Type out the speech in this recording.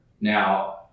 Now